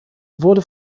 wurde